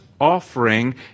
offering